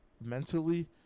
mentally